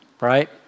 right